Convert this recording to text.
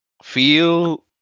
Feel